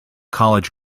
college